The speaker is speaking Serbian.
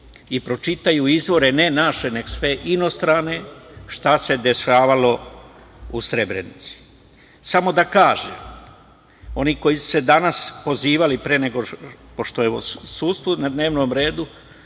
i pročitaju izvore ne naše, nego sve inostrane šta se dešavalo u Srebrenici. Samo da kažem, oni koji su se danas pozivali, pre nego što je sudstvo na dnevnom redu,